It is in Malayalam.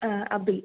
ആ അതുൽ